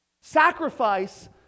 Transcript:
Sacrifice